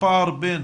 הפער בין